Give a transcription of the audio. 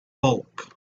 bulk